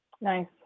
nice